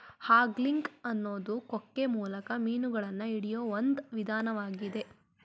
angling ಅನ್ನೋದು ಕೊಕ್ಕೆ ಮೂಲಕ ಮೀನುಗಳನ್ನ ಹಿಡಿಯೋ ಒಂದ್ ವಿಧಾನ್ವಾಗಿದೆ